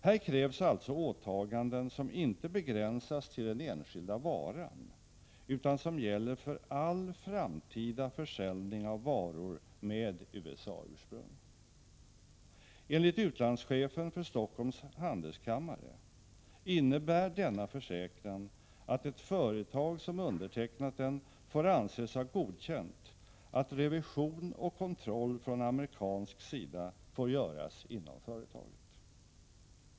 Här krävs alltså åtaganden som inte begränsas till den enskilda varan, utan som gäller för all framtida försäljning av varor med USA-ursprung. Enligt utlandschefen för Stockholms handelskammare innebär det att ett företag som undertecknat en sådan försäkran får anses ha godkänt att revision och kontroll från amerikansk sida får göras i företaget.